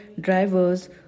drivers